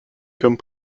comme